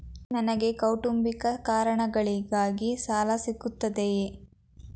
ನನಗೆ ಕೌಟುಂಬಿಕ ಕಾರಣಗಳಿಗಾಗಿ ಸಾಲ ಸಿಗುತ್ತದೆಯೇ?